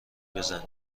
بزنی